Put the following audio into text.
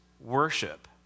worship